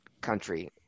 country